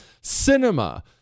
cinema